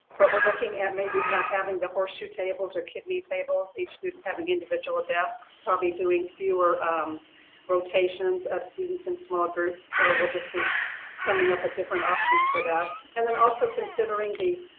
but we're looking at maybe not having the horseshoe tables or kidney tables, each student having individual desks. probably doing fewer rotations of students in small groups. so, we'll just be coming up with different options for that. and then also considering the,